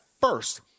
first